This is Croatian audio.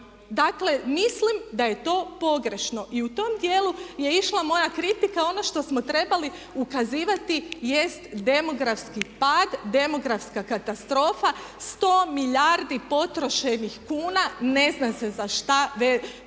Dakle, mislim da je to pogrešno. I u tom dijelu je išla moja kritika. Ono što smo trebali ukazivati jest demografski pad, demografska katastrofa, sto milijardi potrošenih kuna ne zna se za šta